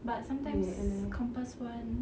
but sometimes compass one